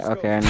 Okay